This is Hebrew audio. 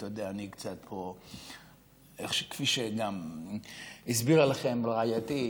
אתה יודע, אני קצת, כפי שגם הסבירה לכם רעייתי,